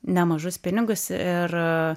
nemažus pinigus ir